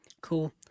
Cool